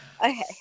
okay